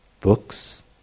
books